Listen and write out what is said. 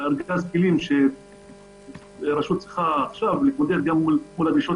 והרשות צריכה עכשיו להתמודד מול הדרישות